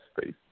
space